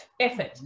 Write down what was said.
effort